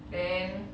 then